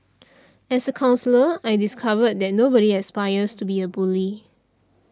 as a counsellor I discovered that nobody aspires to be a bully